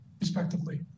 respectively